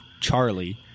Charlie